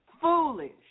Foolish